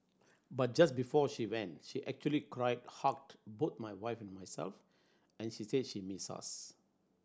but just before she went she actually cried hugged both my wife and myself and she said she'd miss us